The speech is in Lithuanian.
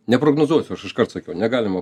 neprognozuosiu aš iškart sakiau negalima